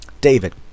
David